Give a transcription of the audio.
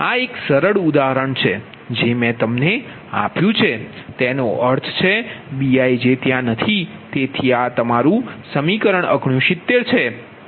આ એક સરળ ઉદાહરણ છે જે મેં તમને આપ્યુ છે તેનો અર્થ છેBij ત્યાં નથી તેથી આ તમારું સમીકરણ 69 છે